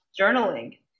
journaling